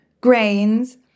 grains